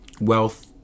wealth